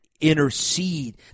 intercede